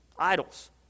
idols